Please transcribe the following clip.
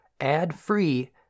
ad-free